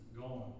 gone